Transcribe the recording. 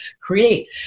create